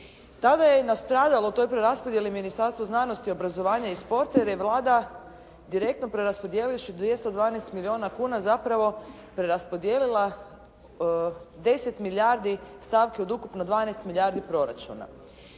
Tada je nastradalo u toj preraspodjeli Ministarstvo znanosti, obrazovanja i sporta jer je Vlada direktno preraspodijelivši 212 milijuna kuna zapravo preraspodijelila 10 milijardi stavki od ukupno 12 milijardi proračuna.